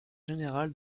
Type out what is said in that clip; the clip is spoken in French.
général